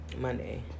Monday